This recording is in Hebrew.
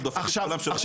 אתה דופק את כל --- עכשיו,